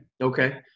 okay